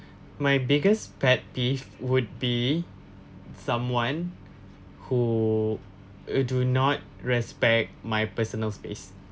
my biggest pet peeve would be someone who uh do not respect my personal space